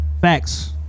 Facts